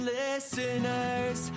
listeners